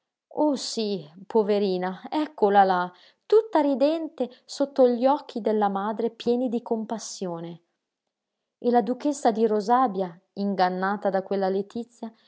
oh sí poverina eccola là tutta ridente sotto gli occhi della madre pieni di compassione e la duchessa di rosàbia ingannata da quella letizia